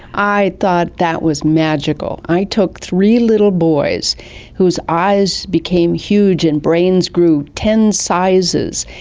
i thought that was magical. i took three little boys whose eyes became huge and brains grew ten sizes,